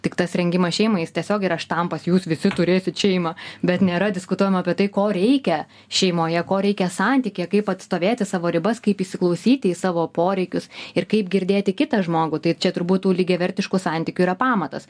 tik tas rengimas šeimai jis tiesiog yra štampas jūs visi turėsit šeimą bet nėra diskutuojama apie tai ko reikia šeimoje ko reikia santykyje kaip atstovėti savo ribas kaip įsiklausyti į savo poreikius ir kaip girdėti kitą žmogų tai čia turbūt tų lygiavertiškų santykių yra pamatas